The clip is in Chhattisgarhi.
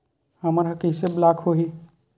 हमर ह कइसे ब्लॉक होही?